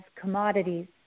commodities